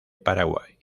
paraguay